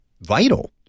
vital